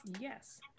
yes